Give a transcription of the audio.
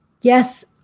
yes